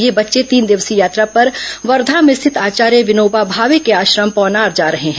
ये बर्च्च तीन दिवसीय यात्रा पर वर्धा में स्थित आचार्य विनोबा भावे के आश्रम पौनार जा रहे हैं